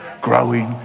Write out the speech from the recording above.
growing